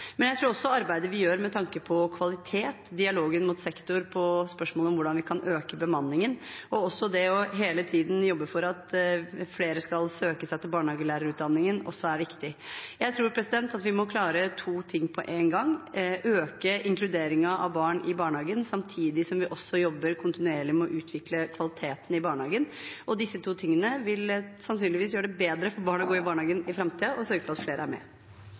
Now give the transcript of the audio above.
Jeg tror også arbeidet vi gjør med tanke på kvalitet, dialogen mot sektor i spørsmålet om hvordan vi kan øke bemanningen, og også det å hele tiden jobbe for at flere skal søke seg til barnehagelærerutdanningen, er viktig. Jeg tror vi må klare to ting på én gang: å øke inkluderingen av barn i barnehagen, samtidig som vi også jobber kontinuerlig med å utvikle kvaliteten i barnehagen. Disse to tingene vil sannsynligvis gjøre det bedre for barn å gå i barnehagen i framtiden, og sørge for at flere er med.